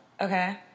Okay